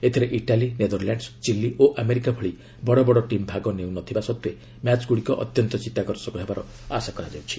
ଏଥିରେ Italy Netherlands Chile ଓ America ଭଳି ବଡ଼ବଡ଼ ଟିମ୍ ଭାଗ ନେଉନଥିବା ସତ୍ତ୍ୱେ ମ୍ୟାଚ୍ଗୁଡ଼ିକ ଅତ୍ୟନ୍ତ ଚିତ୍ତାକର୍ଷକ ହେବାର ଆଶା କରାଯାଉଛି